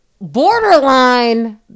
borderline